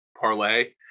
parlay